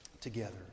together